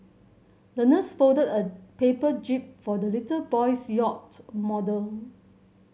the nurse folded a paper jib for the little boy's yacht model